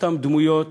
אותן דמויות